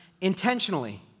intentionally